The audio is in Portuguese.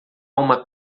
uma